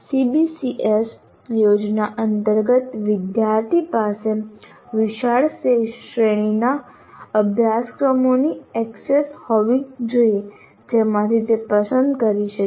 CBCS યોજના અંતર્ગત વિદ્યાર્થી પાસે વિશાળ શ્રેણીના અભ્યાસક્રમો વૈકલ્પિક ની એક્સેસ હોવી જોઈએ જેમાંથી તે પસંદ કરી શકે